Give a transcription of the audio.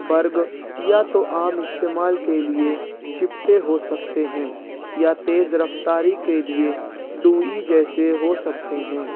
برگ یا تو عام استعمال کے لیے چپٹے ہو سکتے ہیں یا تیز رفتاری کے لیے ڈوئی جیسے ہو سکتے ہیں